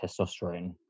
testosterone